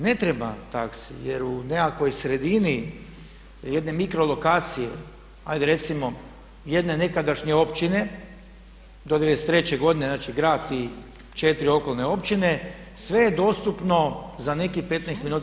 Ne treba taksi, jer u nekakvoj sredini jedne mikro lokacije, hajde recimo jedne nekadašnje općine do '93. godine, znači grad i 4 okolne općine sve je dostupno za nekih 15 minuta.